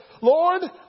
Lord